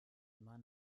immer